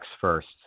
first